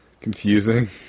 confusing